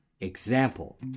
example